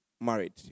married